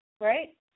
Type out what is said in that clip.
Right